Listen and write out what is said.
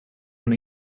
una